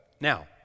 Now